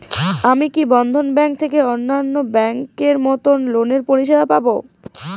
আমি কি বন্ধন ব্যাংক থেকে অন্যান্য ব্যাংক এর মতন লোনের পরিসেবা পাব?